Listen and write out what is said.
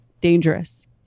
Dangerous